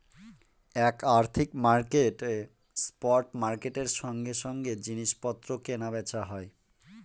এক আর্থিক মার্কেটে স্পট মার্কেটের সঙ্গে সঙ্গে জিনিস পত্র কেনা বেচা হয়